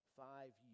five